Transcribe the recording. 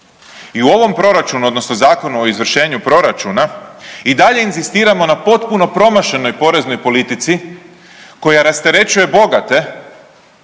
i u ovom Proračunu, odnosno Zakonu o izvršenju proračuna i dalje inzistiramo na potpuno promašenoj poreznoj politici koja rasterećuje bogate